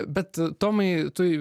bet tomai tu